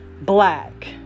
Black